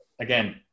again